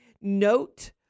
Note